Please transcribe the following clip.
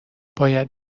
باید